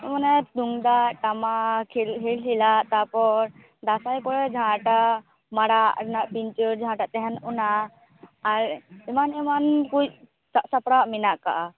ᱢᱟᱱᱮ ᱛᱩᱢᱫᱟᱜ ᱴᱟᱢᱟᱠ ᱦᱤᱞ ᱦᱤᱞᱦᱤᱞᱟᱜ ᱛᱟᱨᱯᱚᱨ ᱫᱟᱥᱟᱸᱭ ᱠᱚᱲᱟ ᱡᱟᱦᱟᱸ ᱴᱟᱜ ᱢᱟᱨᱟᱜ ᱨᱮᱱᱟᱜ ᱯᱤᱧᱪᱟ ᱨ ᱡᱟᱦᱟᱸ ᱴᱟᱜ ᱛᱟᱦᱮᱱ ᱚᱱᱟ ᱟᱨ ᱮᱢᱟᱱ ᱮᱢᱟᱱ ᱠᱚᱭᱤᱡ ᱥᱟᱵ ᱥᱟᱯᱲᱟᱣ ᱢᱮᱱᱟᱜ ᱟᱠᱟᱜᱼᱟ